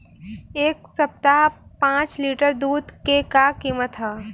एह सप्ताह पाँच लीटर दुध के का किमत ह?